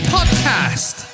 Podcast